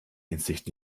hinsicht